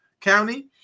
County